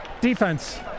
Defense